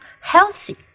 healthy